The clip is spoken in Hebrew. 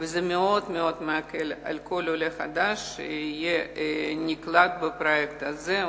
זה מאוד מקל על כל עולה חדש שנקלט בפרויקט הזה.